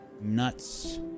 nuts